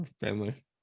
family